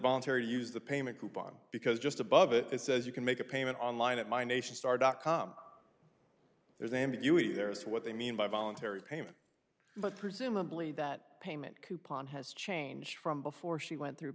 voluntary use the payment coupon because just above it says you can make a payment online at my nation star dot com there's ambiguity there as to what they mean by voluntary payment but presumably that payment coupon has changed from before she went through